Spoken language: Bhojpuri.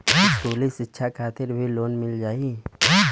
इस्कुली शिक्षा खातिर भी लोन मिल जाई?